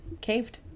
caved